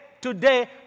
today